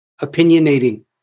opinionating